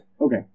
Okay